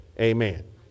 Amen